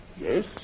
Yes